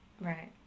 Right